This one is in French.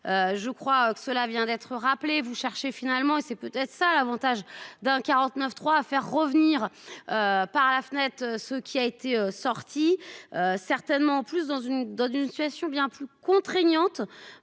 Je crois que cela vient d'être rappelé vous chercher finalement et c'est peut-être ça l'avantage d'un 49.3 à faire revenir. Par la fenêtre, ce qui a été sortie. Certainement plus dans une, dans une situation bien plus contraignantes.